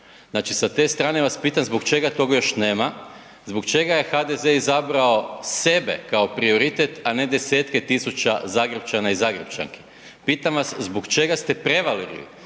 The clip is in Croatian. Znači, sa te strane vas pitam zbog čega tog još nema? Zbog čega je HDZ izabrao sebe kao prioritet, a ne desetke tisuća Zagrepčana i Zagrepčanki? Pitam vas zbog čega ste prevarili